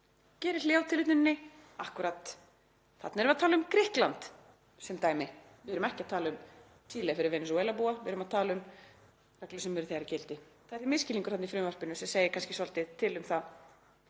geri hlé á tilvitnuninni. Akkúrat. Þarna erum að tala um Grikkland, sem dæmi. Við erum ekki að tala um Chile fyrir Venesúelabúa. Við erum að tala um reglur sem eru þegar í gildi. Það er því misskilningur þarna í frumvarpinu, sem segir kannski svolítið um það